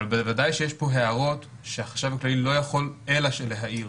אבל בוודאי שיש פה הערות שהחשב הכללי לא יכול אלא להעיר.